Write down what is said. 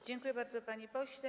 Dziękuję bardzo, panie pośle.